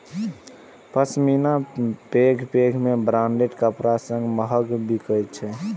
पश्मीना पैघ पैघ ब्रांडक कपड़ा सं महग बिकै छै